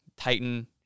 Titan